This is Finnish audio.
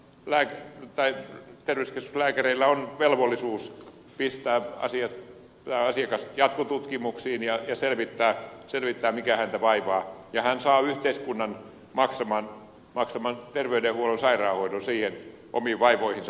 lääke tai kyllä terveyskeskuslääkäreillä on velvollisuus pistää asiakas jatkotutkimuksiin ja selvittää mikä häntä vaivaa ja hän saa yhteiskunnan maksaman terveydenhuollon ja sairaanhoidon omiin vaivoihinsa